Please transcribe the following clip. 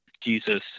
Jesus